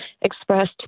expressed